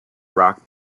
rock